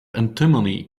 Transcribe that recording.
antimony